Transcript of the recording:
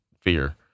fear